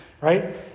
right